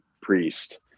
priest